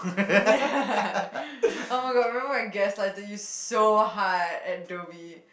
[oh]-my-god remember my guest lighted you so hard at Dhoby